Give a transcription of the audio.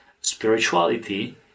spirituality